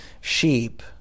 sheep